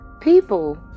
People